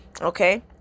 okay